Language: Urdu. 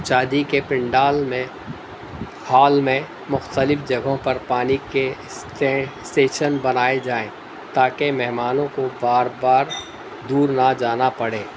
شادی کے پنڈال میں ہال میں مختلف جگہوں پر پانی کے اسٹیشن بنائے جائیں تاکہ مہمانوں کو بار بار دور نہ جانا پڑے